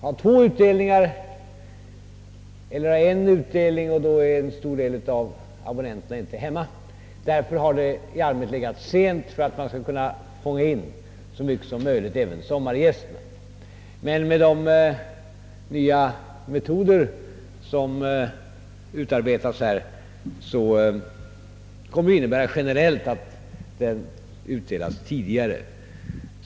Med en utdelning står man inför situationen att många av abonnenterna inte är hemma vid utdelningen. Denna har därför i allmänhet förlagts sent för att man skall kunna fånga in så många som möjligt även av sommargästerna. De nya metoder som utarbetats kommer emellertid att innebära ati katalogerna generellt utdelas tidigare.